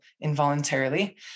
involuntarily